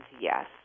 yes